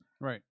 Right